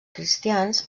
cristians